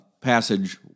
passage